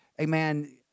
amen